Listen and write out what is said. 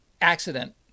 accident